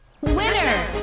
Winner